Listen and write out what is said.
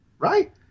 Right